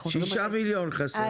6 מיליון חסר.